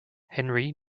henry